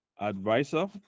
advisor